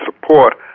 support